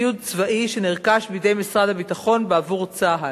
ציוד צבאי שרכש משרד הביטחון בעבור צה"ל.